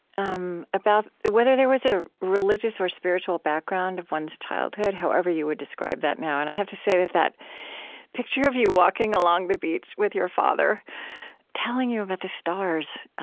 um about whether there was a religious or spiritual background of one's childhood, however you would describe that now. and i have to say that that picture of you, walking along the beach with your father telling you about the stars,